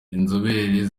inzobere